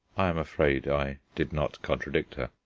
i am afraid i did not contradict her.